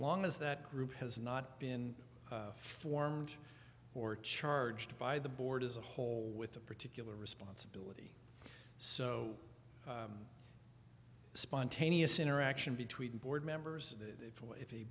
long as that group has not been formed or charged by the board as a whole with a particular responsibility so spontaneous interaction between board members